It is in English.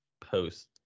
post